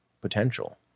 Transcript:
potential